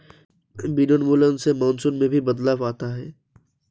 वनोन्मूलन से मानसून में भी बदलाव आता है